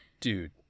dude